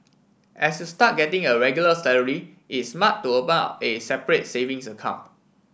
as you start getting a regular salary is smart to open up a separate savings account